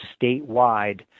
statewide